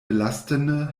belastende